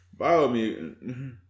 Biomutant